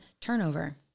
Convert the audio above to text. turnover